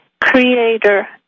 creator